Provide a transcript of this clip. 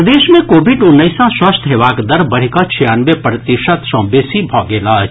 प्रदेश मे कोविड उन्नैस सँ स्वस्थ हेबाक दर बढ़ि कऽ छियानवे प्रतिशत सँ बेसी भऽ गेल अछि